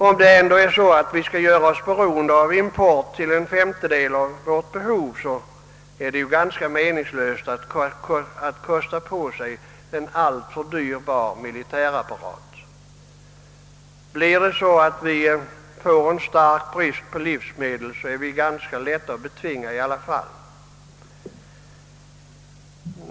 Om vi nämligen skall göra oss beroende av import till en femtedel av vårt behov är det ju ganska meningslöst att kosta på oss en alltför dyrbar militärapparat. Om vi får en stark brist på livsmedel är vi ganska lätta att betvinga i alla fall.